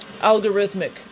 Algorithmic